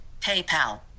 PayPal